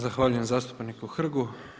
Zahvaljujem zastupniku Hrgu.